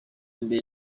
mbere